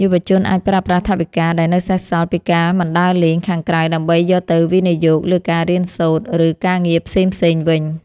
យុវជនអាចប្រើប្រាស់ថវិកាដែលនៅសេសសល់ពីការមិនដើរលេងខាងក្រៅដើម្បីយកទៅវិនិយោគលើការរៀនសូត្រឬការងារផ្សេងៗវិញ។